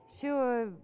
Sure